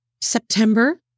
September